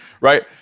Right